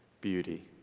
beauty